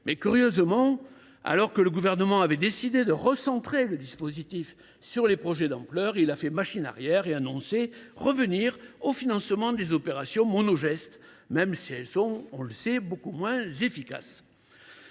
Curieusement, alors que le Gouvernement avait décidé de recentrer le dispositif sur les projets d’ampleur, il a fait machine arrière et annoncé vouloir revenir au financement des opérations « monogeste », même si celles ci sont beaucoup moins efficaces.